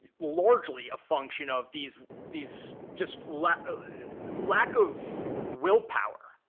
largely a function of these these just lack lack of willpower.